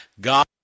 God